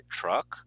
truck